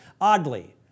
oddly